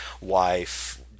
wife